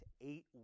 eight